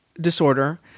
disorder